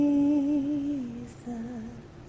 Jesus